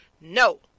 No